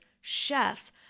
chefs